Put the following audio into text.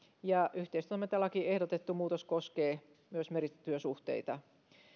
ja yhteistoimintalakiin ehdotettu muutos koskee myös merityösuhteita